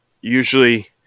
usually